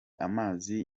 amazi